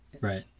right